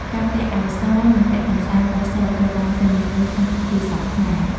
ការពាក់អាវស និងពាក់កន្សែងពណ៌សត្រូវបានពេញនិយមក្នុងពិធីសពខ្មែរ។